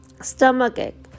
stomachache